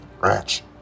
ranch